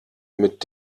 mit